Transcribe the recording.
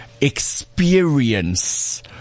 experience